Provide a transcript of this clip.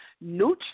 Neutral